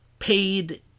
paid